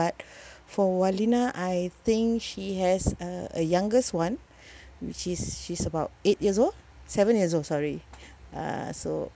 but for wardina I think she has uh a youngest [one] which is she's about eight years old seven years old sorry uh so